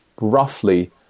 roughly